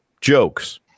jokes